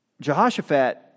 Jehoshaphat